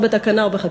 או בתקנה או בחקיקה.